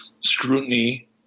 scrutiny